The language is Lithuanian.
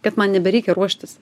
kad man nebereikia ruoštis